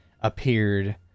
appeared